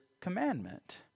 commandment